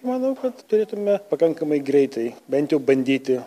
manau kad turėtume pakankamai greitai bent jau bandyti